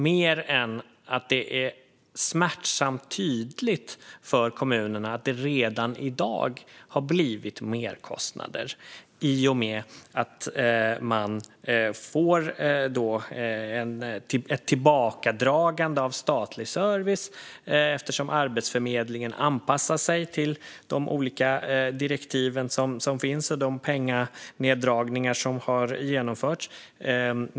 Det är dock smärtsamt tydligt för kommunerna att det redan i dag har blivit merkostnader i och med att man får ett tillbakadragande av statlig service eftersom Arbetsförmedlingen anpassar sig till de olika direktiv som finns och till de penganeddragningar som har genomförts.